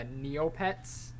Neopets